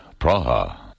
Praha